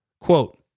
Quote